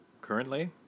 currently